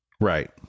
Right